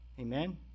Amen